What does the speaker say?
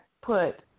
put